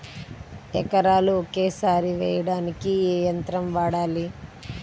ఎకరాలు ఒకేసారి వేయడానికి ఏ యంత్రం వాడాలి?